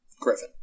Griffin